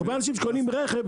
הרבה אנשים שקונים רכב,